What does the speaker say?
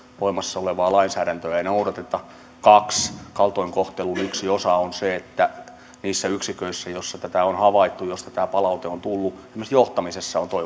voimassa olevaa lainsäädäntöä ei noudateta kaksi kaltoinkohtelun yksi osa on se että niissä yksiköissä joissa tätä on havaittu joista tämä palaute on tullut esimerkiksi johtamisessa on toivomisen varaa